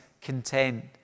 content